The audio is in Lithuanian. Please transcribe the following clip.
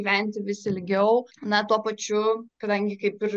gyventi visi ilgiau na tuo pačiu kadangi kaip ir